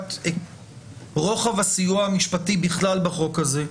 סוגיית רוחב הסיוע המשפטי בכלל בחוק הזה,